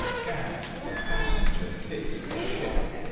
gad! the passenger fits the ship!